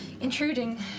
intruding